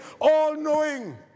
all-knowing